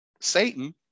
Satan